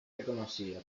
reconocida